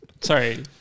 Sorry